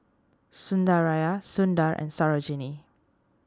Sundaraiah Sundar and Sarojini